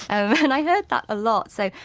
um and i heard that a lot. so,